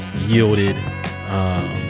yielded